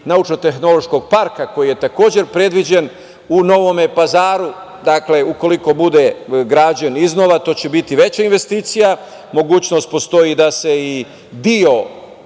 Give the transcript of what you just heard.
naučno-tehnološkog parka koji je takođe predviđen u Novom Pazaru. Ukoliko bude građen iznova, to će biti veća investicija. Mogućnost postoji da se i deo